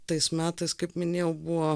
tais metais kaip minėjau buvo